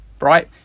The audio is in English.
right